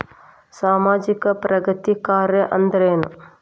ಸಾಮಾಜಿಕ ಪ್ರಗತಿ ಕಾರ್ಯಾ ಅಂದ್ರೇನು?